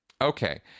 Okay